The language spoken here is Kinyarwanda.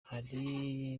hari